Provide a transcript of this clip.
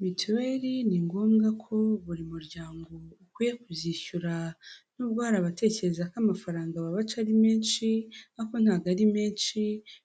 Mituweri ni ngombwa ko buri muryango ukwiye kuzishyura. Nubwo hari abatekereza ko amafaranga babaca ari menshi, ariko ntabwo ari menshi